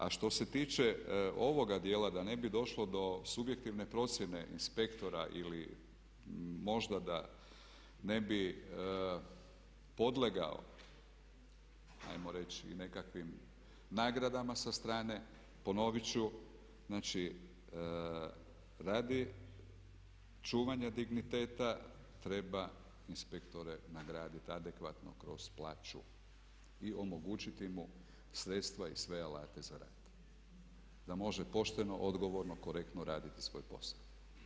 A što se tiče ovog dijela da ne bi došlo do subjektivne procjene inspektora ili možda da ne bi podlegao ajmo reći nekakvim nagradama sa strane ponovit ću znači radi čuvanja digniteta treba inspektore nagraditi adekvatno kroz plaću i omogućiti mu sredstva i sve alate za rad da može pošteno, odgovorno, korektno raditi svoj posao.